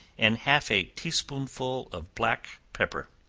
and half a tea-spoonful of black pepper.